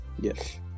Yes